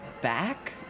back